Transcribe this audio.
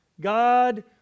God